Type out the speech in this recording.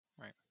Right